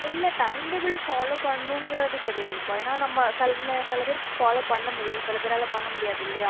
இல்லை time table follow பண்ணணுங்கிறது கிடையாதுப்பா ஏன்னால் நம்ம சில சில பேருக்கு ஃபாலோ பண்ண முடியும் சில பேரால் பண்ண முடியாது இல்லையா